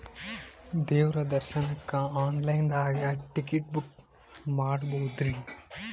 ದೇವ್ರ ದರ್ಶನಕ್ಕ online ದಾಗ ಟಿಕೆಟ ಬುಕ್ಕ ಮಾಡ್ಬೊದ್ರಿ?